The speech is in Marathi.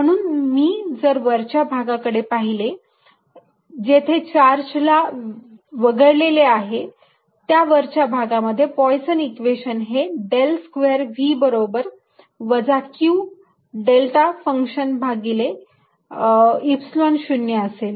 म्हणून मी जर वरच्या भागाकडे पाहिले जेथे चार्जला वगळलेले आहे त्या वरच्या भागामध्ये पोयसन इक्वेशन Poisson's equation हे डेल स्क्वेअर V बरोबर वजा q डेल्टा फंक्शन भागिले Epsilon 0 असेल